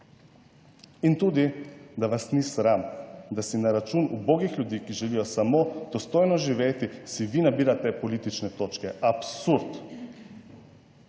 In tudi, da vas ni sram, da si na račun ubogih ljudi, ki želijo samo dostojno živeti, si vi nabirate politične točke. Absurd.